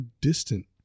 distant